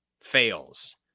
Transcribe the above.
fails